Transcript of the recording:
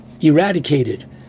eradicated